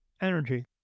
energy